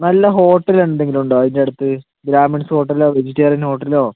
നല്ല ഹോട്ടൽ എന്തെങ്കിലും ഉണ്ടോ അതിൻ്റെ അടുത്ത് ബ്രാഹ്മിൺസ് ഹോട്ടലോ വെജിറ്റേറിയൻ ഹോട്ടലോ